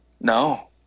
No